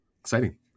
exciting